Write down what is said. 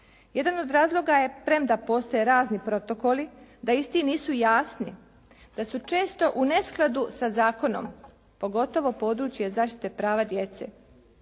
Jedan od razloga je premda postoje razni protokoli da isti nisu jasni. Da su često u neskladu sa zakonom pogotovo područje zaštite prava djece